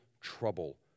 trouble